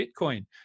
Bitcoin